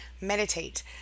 meditate